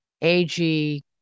AG